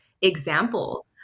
example